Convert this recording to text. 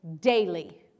daily